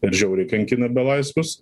žiauriai kankina belaisvius